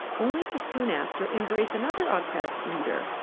only to soon after embrace another autocratic leader.